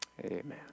Amen